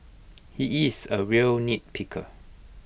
he is A real nitpicker